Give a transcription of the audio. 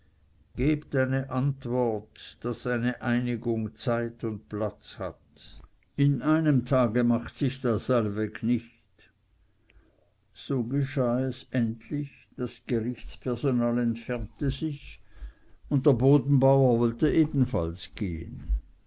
gebt eine antwort daß eine einigung zeit und platz hat eines tages macht sich das allweg nicht so geschah es endlich das gerichtspersonal entfernte sich und der bodenbauer wollte ebenfalls gehen